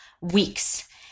weeks